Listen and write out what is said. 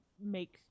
make